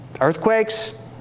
Earthquakes